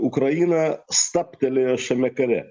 ukraina stabtelėjo šiame kare